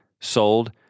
sold